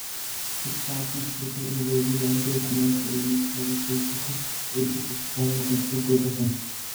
šis prašymas plito įvairių lenkijos miestų ir miestelių feisbuko ir kitų socialinių tinklų grupėse